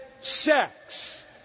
sex